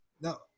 No